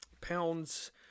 pounds